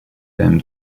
them